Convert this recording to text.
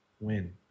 win